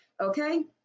okay